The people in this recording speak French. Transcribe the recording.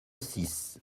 six